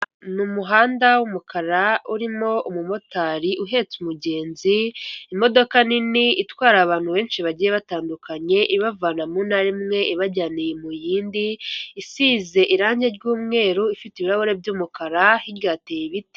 Ni umuhanda w'umukara urimo umumotari uhetse umugenzi, imodoka nini itwara abantu benshi bagiye batandukanye, ibavana mu ntara imwe ibajyaniye mu yindi, isize irangi ry'umweru, ifite ibirahure by'umukara hirya hateye ibiti.